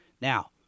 Now